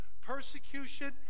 persecution